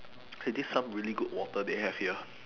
!hey! this some really good water they have here